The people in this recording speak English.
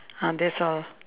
ah that's all